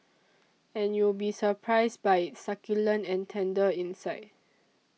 and you'll be surprised by its succulent and tender inside